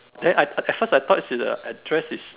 then I at at first I thought the address is